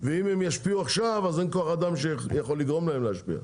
ואם הן ישפיעו עכשיו אז אין כוח אדם שיכול לגרום להן להשפיע.